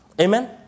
Amen